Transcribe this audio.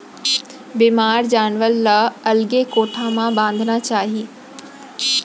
बेमार जानवर ल अलगे कोठा म बांधना चाही